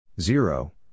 Zero